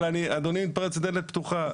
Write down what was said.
אבל אדוני מתפרץ לדלת פתוחה.